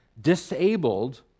disabled